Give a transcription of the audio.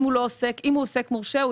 אם הוא עוסק מורשה,